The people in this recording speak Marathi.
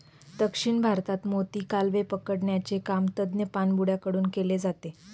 दक्षिण भारतात मोती, कालवे पकडण्याचे काम तज्ञ पाणबुड्या कडून केले जाते